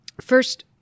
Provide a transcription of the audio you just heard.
First